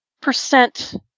percent